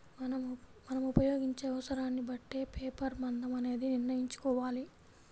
మనం ఉపయోగించే అవసరాన్ని బట్టే పేపర్ మందం అనేది నిర్ణయించుకోవాలి